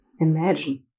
imagine